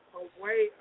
away